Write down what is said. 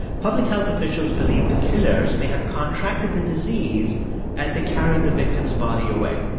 public health officials believe the killers may have contracted the disease as they carried the victim's body away.